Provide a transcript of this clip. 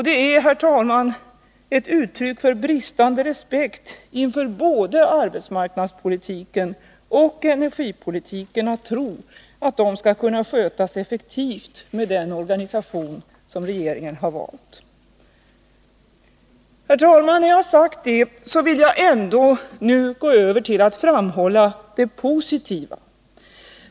Det är, herr talman, ett uttryck för bristande respekt inför både arbetsmarknadspolitiken och energipolitiken att tro att de skall kunna skötas effektivt med den organisation som regeringen har valt. Herr talman! När jag sagt detta vill jag ändå gå över till att framhålla det positiva.